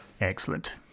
Excellent